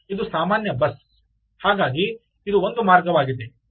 ಇದು ಸಾಮಾನ್ಯ ಬಸ್ ಹಾಗಾಗಿ ಇದು ಒಂದು ಮಾರ್ಗವಾಗಿದೆ